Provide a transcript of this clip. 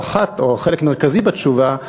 או חלק מרכזי בתשובה,